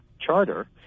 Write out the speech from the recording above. Charter